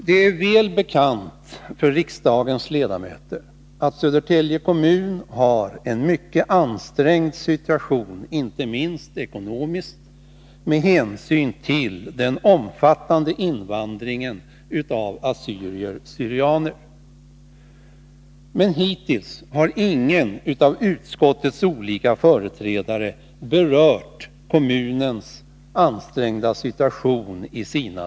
Det är väl bekant för riksdagens ledamöter att Södertälje kommun har en mycket ansträngd situation, inte minst ekonomiskt, med hänsyn till den omfattande invandringen av assyrier/syrianer. Men hittills har ingen av utskottets olika företrädare i sina debattinlägg berört kommunens ansträngda situation.